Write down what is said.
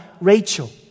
Rachel